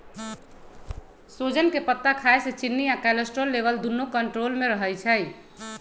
सोजन के पत्ता खाए से चिन्नी आ कोलेस्ट्रोल लेवल दुन्नो कन्ट्रोल मे रहई छई